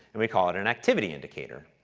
and we call it an activity indicator.